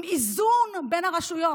עם איזון בין הרשויות.